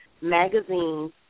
magazines